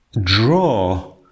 draw